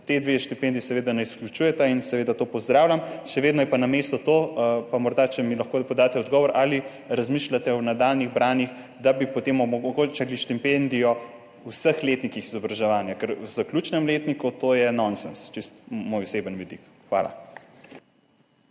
ti dve štipendiji ne izključujeta in seveda to pozdravljam. Še vedno je pa na mestu to, če mi morda lahko podate odgovor, ali razmišljate o nadaljnjih branjih, da bi potem omogočali štipendijo v vseh letnikih izobraževanja, ker v zaključnem letniku je nonsens, čisto moj osebni vidik. Hvala.